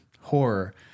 horror